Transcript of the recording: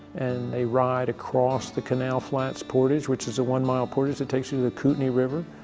and they ride across the canal flats portage, which is a one-mile portage that takes you to ah kootenay river,